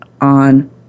on